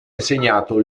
insegnato